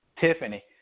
Tiffany